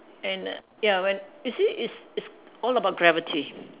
and ya when you see it's it's all about gravity